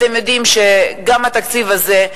אתם יודעים שגם התקציב הזה,